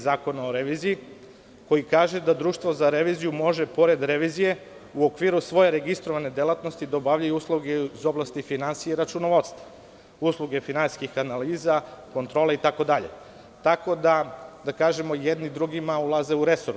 Zakona o reviziji, koji kaže da društvo za reviziju može, pored revizije, u okviru svoje registrovane delatnosti da obavlja i usluge iz oblasti finansija i računovodstva, usluge finansijskih analiza, kontrole itd, tako da jedni drugima ulaze u resor.